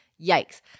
Yikes